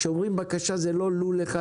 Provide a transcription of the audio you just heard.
כשאומרים בקשה זה לא לול אחד,